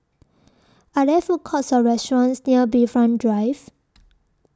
Are There Food Courts Or restaurants near Bayfront Drive